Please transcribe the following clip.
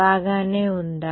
బాగానే ఉందా